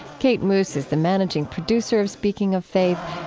kate moos is the managing producer of speaking of faith,